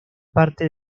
parte